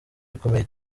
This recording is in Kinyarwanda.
bikomeye